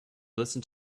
listened